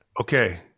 Okay